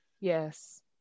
Yes